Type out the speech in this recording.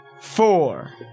Four